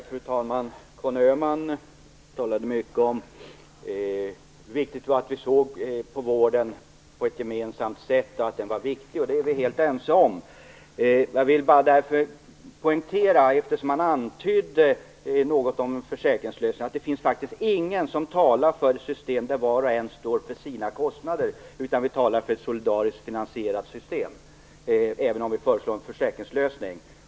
Fru talman! Conny Öhman talade mycket om vikten av att vi har en gemensam syn på vården och sade att vården är viktig. Det är vi helt ense om. Eftersom Conny Öhman antydde litet grand en försäkringslösning vill jag säga att ingen talar för ett system där var och en står för sina kostnader, utan vi talar om ett solidariskt finansierat system - även om vi föreslår en försäkringslösning.